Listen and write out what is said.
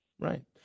Right